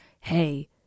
hey